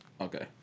okay